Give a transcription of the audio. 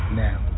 now